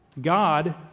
God